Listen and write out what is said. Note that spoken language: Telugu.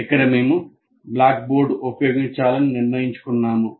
ఇక్కడ మేము బ్లాక్ బోర్డ్ ఉపయోగించాలని నిర్ణయించుకున్నాము